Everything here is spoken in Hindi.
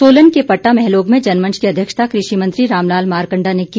सोलन के पट्टा महलोग में जनमंच की अध्यक्षता कृषि मंत्री रामलाल मारकंडा ने की